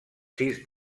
sis